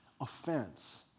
offense